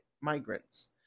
migrants